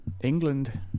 England